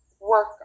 work